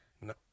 No